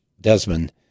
Desmond